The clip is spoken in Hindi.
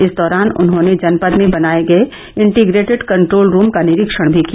इस दौरान उन्हॉने जनपद में बनाए गए इंटीग्रेटेड कंट्रोल रूम का निरीक्षण भी किया